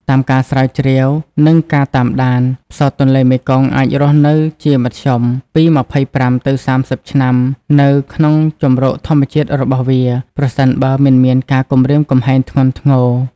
តាមការស្រាវជ្រាវ និងការតាមដាន ផ្សោតទន្លេមេគង្គអាចរស់នៅបានជាមធ្យមពី ២៥ ទៅ ៣០ ឆ្នាំ នៅក្នុងជម្រកធម្មជាតិរបស់វា ប្រសិនបើមិនមានការគំរាមកំហែងធ្ងន់ធ្ងរ។